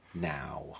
now